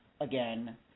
Again